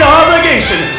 obligation